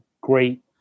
great